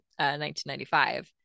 1995